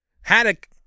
Haddock